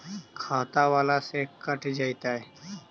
खाता बाला से कट जयतैय?